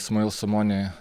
ismail somoni